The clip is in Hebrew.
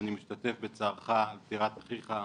שאני משתתף בצערך על פטירת אחיך,